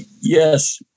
Yes